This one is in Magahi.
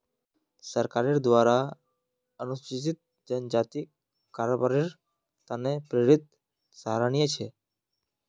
सरकारेर द्वारा अनुसूचित जनजातिक कारोबारेर त न प्रेरित सराहनीय छ